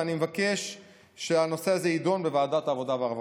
ואני מבקש שהנושא הזה יידון בוועדת העבודה והרווחה.